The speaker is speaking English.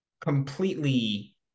completely